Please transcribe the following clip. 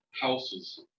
houses